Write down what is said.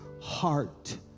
heart